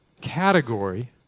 category